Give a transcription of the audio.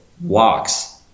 walks